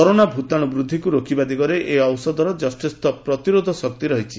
corona ଭୂତାଣୁ ବୃଦ୍ଧିକୁ ରୋକିବା ଦିଗରେ ଏହି ଔଷଧର ଯଥେଷ୍ଟ ପ୍ରତିରୋଧକ ଶକ୍ତି ରହିଛି